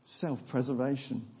self-preservation